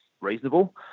reasonable